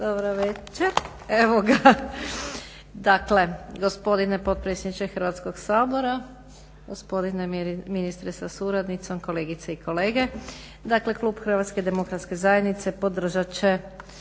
Dobro večer. Evo ga, dakle gospodine potpredsjedniče Hrvatskog sabora, gospodine ministre sa suradnicom, kolegice i kolege. Dakle, klub HDZ podržat će